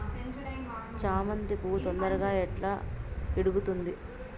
చామంతి పువ్వు తొందరగా ఎట్లా ఇడుగుతుంది?